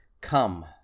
come